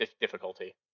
difficulty